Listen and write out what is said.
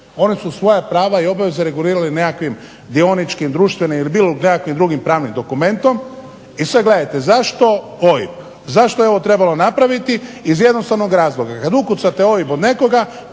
Oni su svoja prava i obveze regulirali nekakvim dioničkim, društvenim ili nekim drugim pravnim dokumentom. I sad gledajte, zašto je ovo trebalo napraviti, iz jednostavnog razloga, kad ukucate OIB od nekoga